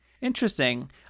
Interesting